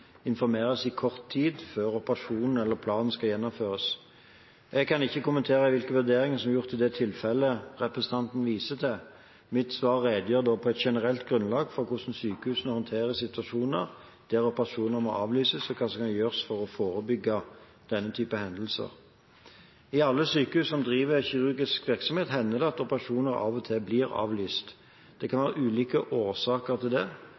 informeres om dette kort tid før operasjonen etter planen skal gjennomføres. Jeg kan ikke kommentere hvilke vurderinger som er gjort i det tilfellet representanten viser til. Mitt svar redegjør på generelt grunnlag for hvordan sykehusene håndterer situasjoner der operasjoner må avlyses, og hva som kan gjøres for å forebygge slike hendelser. I alle sykehus som driver med kirurgisk virksomhet, hender det at operasjoner av og til blir avlyst. Det kan være ulike årsaker til